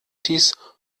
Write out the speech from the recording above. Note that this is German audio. kitts